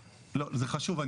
זה חשוב,